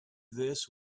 this